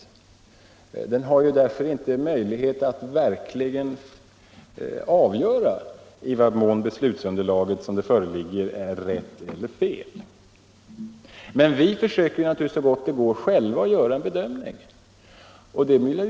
Oppositionen har därför ingen möjlighet att avgöra i vad mån det föreliggande beslutsunderlaget är rätt eller fel. Men vi försöker naturligtvis så gott det går att göra en bedömning själva.